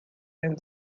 and